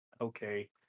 okay